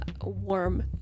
warm